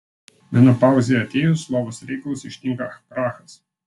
menopauzei atėjus lovos reikalus ištinka krachas